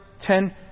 Ten